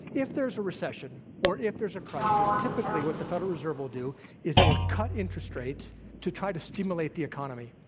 if there's a recession or if there's a crisis, typically what the federal reserve will do is it will cut interest rates to try to stimulate the economy.